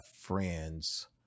friends